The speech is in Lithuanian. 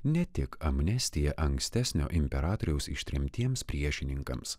ne tik amnestija ankstesnio imperatoriaus ištremtiems priešininkams